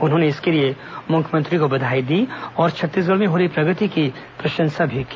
उन्होंने इसके लिए मुख्यमंत्री को बधाई दी और छत्तीसगढ़ में हो रही प्रगति की प्रशंसा भी की